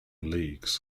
leagues